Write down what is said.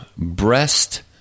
breast